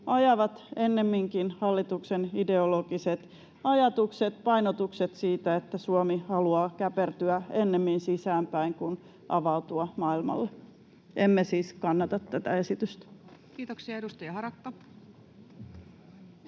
ajavat ennemminkin hallituksen ideologiset ajatukset ja painotukset siitä, että Suomi haluaa käpertyä ennemmin sisäänpäin kuin avautua maailmalle. Emme siis kannata tätä esitystä. Kiitoksia. — Edustaja Harakka.